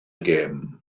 gêm